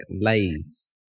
lays